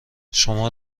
شما